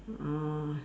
ah